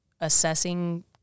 assessing